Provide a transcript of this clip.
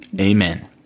Amen